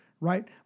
Right